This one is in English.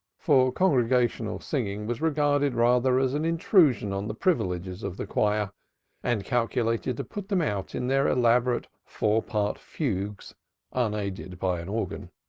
for congregational singing was regarded rather as an intrusion on the privileges of the choir and calculated to put them out in their elaborate four-part fugues unaided by an organ.